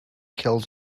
kills